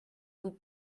vous